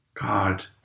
God